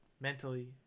Mentally